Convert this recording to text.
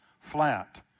flat